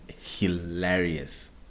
hilarious